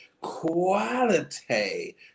quality